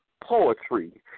poetry